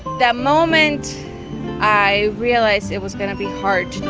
the moment i realized it was going to be hard to